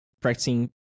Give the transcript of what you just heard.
practicing